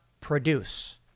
produce